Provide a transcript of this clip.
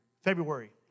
February